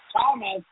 Thomas